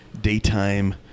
daytime